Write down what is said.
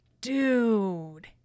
dude